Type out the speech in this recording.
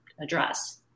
address